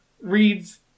reads